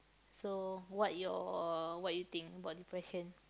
so what your what you think about depression